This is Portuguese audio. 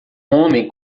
homem